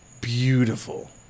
Beautiful